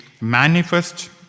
manifest